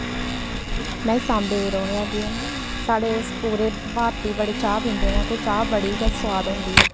में सांबे दी रौह्ने आह्ली आं साढ़े इस पूरे भारत च बड़ी चाह् पींदे न ते चाह् बड़ी गै सोआद होंदी ऐ